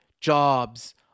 jobs